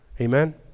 Amen